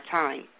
time